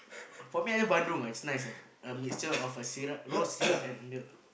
for me I love bandung ah it's nice eh a mixture of a syrup rose syrup and milk